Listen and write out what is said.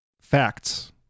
facts